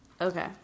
Okay